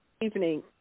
Evening